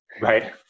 Right